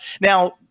Now